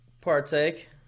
partake